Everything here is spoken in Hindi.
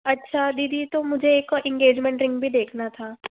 अच्छा दीदी तो मुझे एक और एन्गेजमेंट रिंग भी देखना था